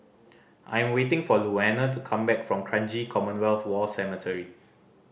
I am waiting for Louanna to come back from Kranji Commonwealth War Cemetery